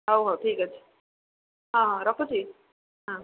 ହଉ ହଉ ଠିକ୍ ଅଛି ହଁ ରଖୁଛି ହଁ